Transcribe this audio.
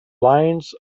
lines